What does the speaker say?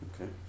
okay